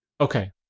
Okay